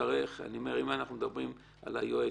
אם אנחנו מדברים על היועץ,